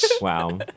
Wow